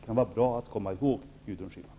Det vore bra att komma ihåg, Gudrun Schyman.